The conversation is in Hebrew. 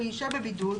הוא ישהה בבידוד